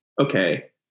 okay